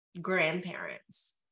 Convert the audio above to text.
grandparents